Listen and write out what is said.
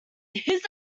this